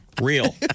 real